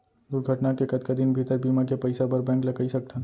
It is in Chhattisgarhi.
दुर्घटना के कतका दिन भीतर बीमा के पइसा बर बैंक ल कई सकथन?